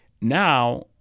now